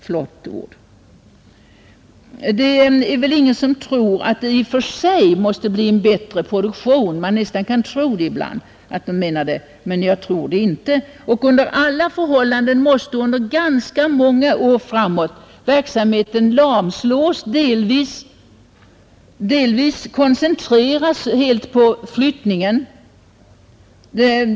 Man kan nästan få det intrycket ibland att det i och för sig måste bli en bättre produktion, men jag tror det inte. Under alla förhållanden måste under ganska många år framåt verksamheten delvis lamslås, delvis koncentreras helt på flyttningen.